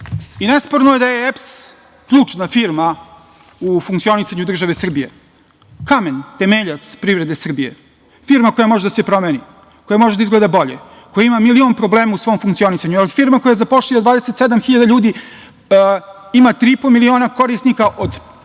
i nesporno je da je EPS ključna firma u funkcionisanju države Srbije, kamen temeljac privrede Srbije, firma koja može da se promeni, koja može da izgleda bolje, koja ima milion problema u svom funkcionisanju, firma koja zapošljava 27.000 ljudi, ima 3,5 miliona korisnika od otkopa